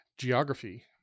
Geography